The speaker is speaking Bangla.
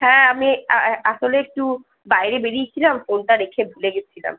হ্যাঁ আমি আসলে একটু বাইরে বা বেরিয়েছিলাম ফোনটা রেখে ভুলে গেছিলাম